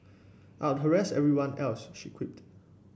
I'd harass everyone else she quipped